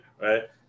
Right